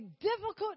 difficult